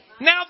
Now